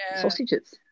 sausages